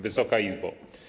Wysoka Izbo!